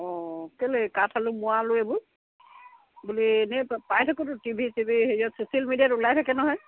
অঁ কেলে কাঠ আলু মোৱা আলু এইবোৰ বুলি এনেই পাই থাকোঁতো টিভি টিভি হেৰিত ছ'চিয়েল মিডিয়াত ওলাই থাকে নহয়